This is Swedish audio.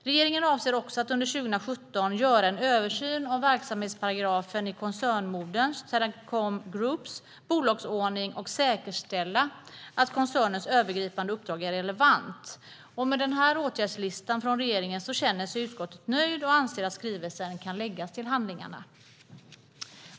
Regeringen avser också att under 2017 göra en översyn av verksamhetsparagrafen i koncernmoderns, Teracom Groups, bolagsordning och säkerställa att koncernens övergripande uppdrag är relevant. Med denna åtgärdslista från regeringen känner sig utskottet nöjt och anser att skrivelsen kan läggas till handlingarna.